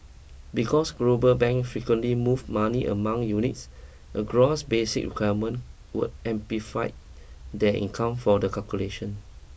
because global banks frequently move money among units a gross basis requirement would amplify their income for the calculation